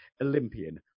Olympian